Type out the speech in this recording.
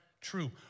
true